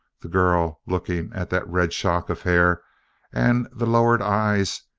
the girl, looking at that red shock of hair and the lowered eyes,